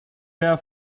der